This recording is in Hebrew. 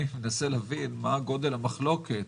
אני מנסה להבין מה גודל המחלוקת,